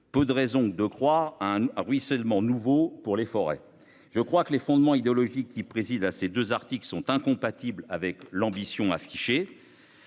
peu de raisons de croire à un ruissellement nouveau pour les forêts. Je crois que les fondements idéologiques sur lesquels repose ce texte sont incompatibles avec l'ambition affichée.